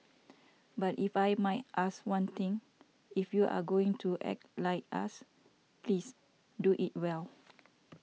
but if I might ask one thing if you are going to act like us please do it well